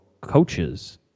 coaches